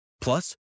Plus